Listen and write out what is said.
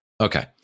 Okay